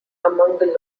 among